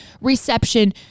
reception